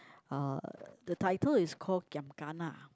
uh the title is call giam-gana